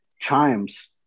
chimes